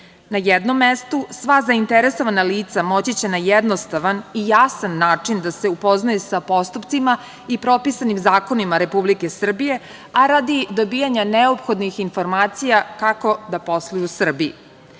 Na jednom mestu sva zainteresovana lica moći će na jednostavan i jasan način da se upoznaju sa postupcima i propisanim zakonima Republike Srbije, a radi dobijanja neophodnih informacija kako da posluju u Srbiji. Sve